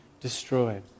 destroyed